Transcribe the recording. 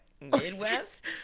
Midwest